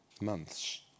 months